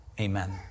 Amen